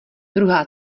druhá